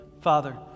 Father